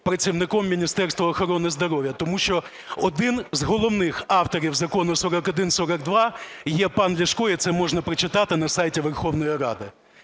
працівником Міністерства охорони здоров'я? Тому що один з головних авторів Закону 4142 є пан Ляшко і це можна прочитати на сайті Верховної Ради.